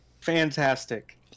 fantastic